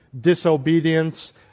disobedience